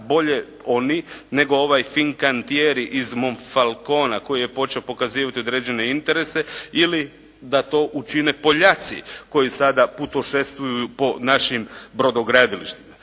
bolje oni nego ovaj «Fincantieri» iz Monfalconea koji je počeo pokazivati određene interese ili da to učine Poljaci koji sada putošestvuju po našim brodogradilištima.